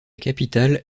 capitale